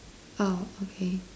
oh okay